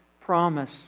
promise